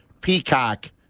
Peacock